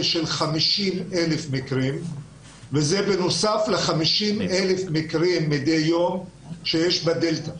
של 50 אלף מקרים וזה בנוסף ל-50 אלף מקרים מדי יום שיש ב-דלתא.